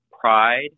pride